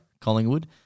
Collingwood